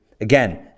Again